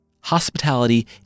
Hospitality